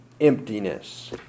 emptiness